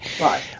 Right